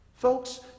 Folks